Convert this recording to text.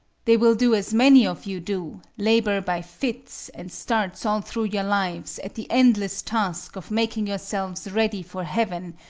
they will do as many of you do, labor by fits and starts all thru your lives at the endless task of making yourselves ready for heaven,